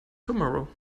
tomorrow